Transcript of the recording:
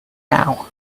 now